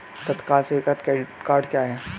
तत्काल स्वीकृति credit cards क्या हैं?